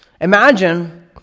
Imagine